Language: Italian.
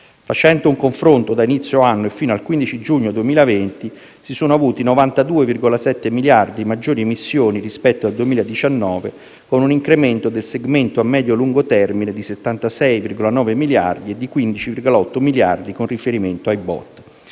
Facendo un confronto da inizio anno e fino al 15 giugno 2020, si sono avuti 92,7 miliardi di maggiori emissioni rispetto al 2019, con un incremento del segmento a medio-lungo termine di 76,9 miliardi e di 15,8 miliardi con riferimento ai BOT.